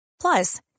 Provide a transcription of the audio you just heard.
Plus